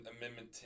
Amendment